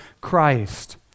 Christ